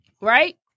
right